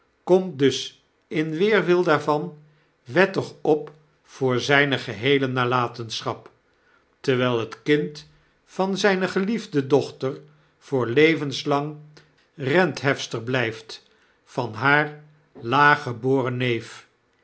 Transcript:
komt dus in weerwil daarvan wettig op voor zijne geheele nalatenschap jterwijl het kind van zijne geliefde dochter voor levenslang renthefster blijft van haar laaggeboren neef